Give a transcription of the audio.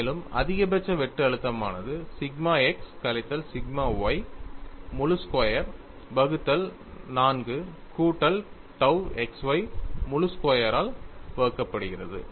மேலும் அதிகபட்ச வெட்டு அழுத்தமானது சிக்மா x கழித்தல் சிக்மா y முழு ஸ்கொயர் வகுத்தல் 4 கூட்டல் tau xy முழு ஸ்கொயரால் வகுக்கப்படுகிறது